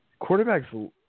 quarterbacks